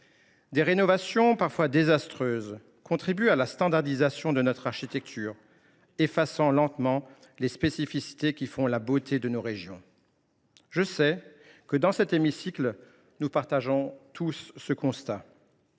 rénovations, parfois désastreuses, contribuent à la standardisation de notre architecture, effaçant lentement les spécificités qui font la beauté de nos régions. Je sais que, dans cet hémicycle, nous dressons tous le même constat.